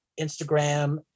Instagram